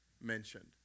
mentioned